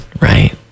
right